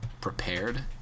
prepared